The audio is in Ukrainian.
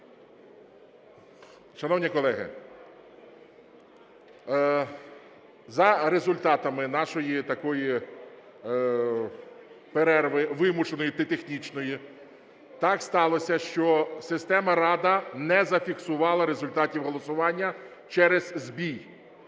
Шановні колеги, за результатами нашої такої перерви, вимушеної технічної, так сталося, що система "Рада" не зафіксувала результатів голосування через збій.